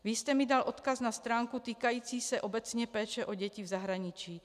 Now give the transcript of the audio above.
Vy jste mi dal odkaz na stránku týkající se obecně péče o děti v zahraničí.